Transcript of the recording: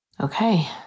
Okay